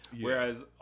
Whereas